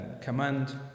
command